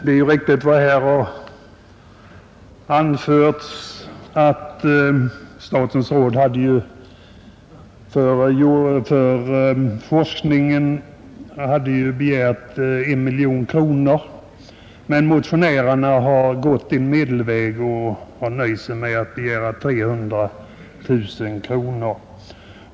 Det är riktigt, såsom här har anförts, att rådet hade begärt ytterligare 1 miljon kronor. Motionärerna har gått en medelväg och nöjt sig med att begära 300 000 kronor.